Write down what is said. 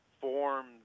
form